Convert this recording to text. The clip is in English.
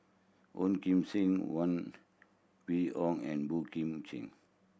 Ong Kim Seng Huang Wenhong and Boey Kim Cheng